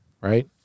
right